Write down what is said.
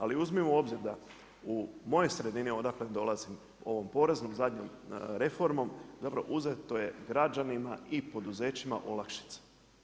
Ali uzmimo u obzir da u mojoj sredini odakle dolazim ovom poreznom zadnjom reformom zapravo uzeto je građanima i poduzećima olakšice.